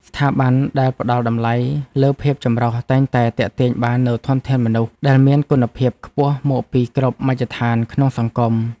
ស្ថាប័នដែលផ្តល់តម្លៃលើភាពចម្រុះតែងតែទាក់ទាញបាននូវធនធានមនុស្សដែលមានគុណភាពខ្ពស់មកពីគ្រប់មជ្ឈដ្ឋានក្នុងសង្គម។